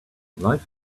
life